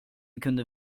kunde